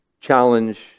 challenge